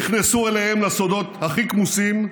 נכנסו אליהם לסודות הכי כמוסים,